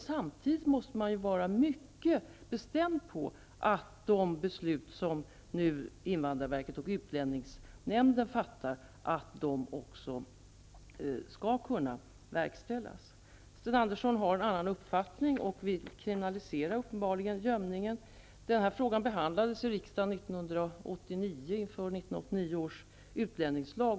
Samtidigt måste man dock vara mycket bestämd på att de beslut som invandrarverket och utlänningsnämnden fattar skall kunna verkställas. Sten Andersson har en annan uppfattning och vill uppenbarligen kriminalisera gömmandet. Den här frågan behandlades i riksdagen 1989 inför 1989 års utlänningslag.